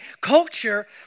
culture